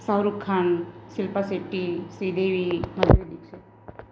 Shahrukh Khan Shilpa Shetty Sridevi Madhuri Dixit